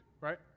right